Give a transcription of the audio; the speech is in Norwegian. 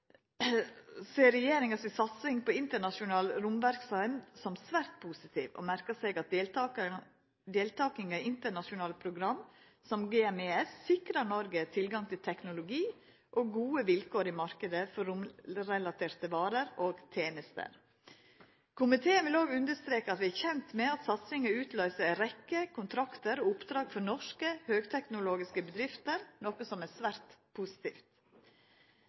ser regjeringa si satsing på internasjonal romverksemd som svært positiv, og merkar seg at deltakinga i internasjonale program som GMES sikrar Noreg tilgang til teknologi og gode vilkår i marknaden for romrelaterte varer og tenester. Komiteen vil òg understreke at vi er kjende med at satsinga utløyser ei rekkje kontraktar og oppdrag for norske høgteknologiske bedrifter, noko som er svært positivt.